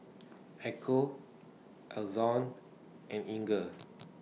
Echo Ason and Inger